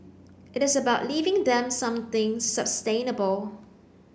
it is about leaving them something sustainable